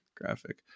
graphic